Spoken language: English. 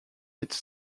its